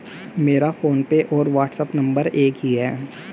मेरा फोनपे और WhatsApp number एक ही है